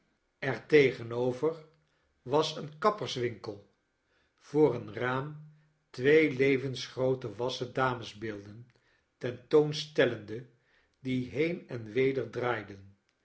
er tegenover was een kapperswinkel voor een raam twee levensgroote wassen damesbeelden ten toon stellende die heen en weder draaiden